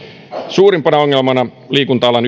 suurimpana ongelmana liikunta alan